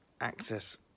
access